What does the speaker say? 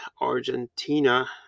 argentina